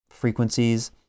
Frequencies